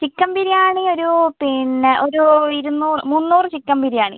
chicken biryani ഒരു പിന്നെ ഒരു ഇരുനൂറ് മുന്നൂറ് ചിക്കൻ ബിരിയാണി